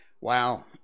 Wow